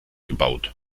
gebaut